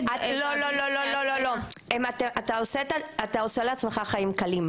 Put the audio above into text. אתה עושה לעצמך חיים קלים.